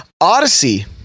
Odyssey